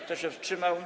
Kto się wstrzymał?